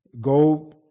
go